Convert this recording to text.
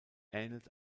ähnelt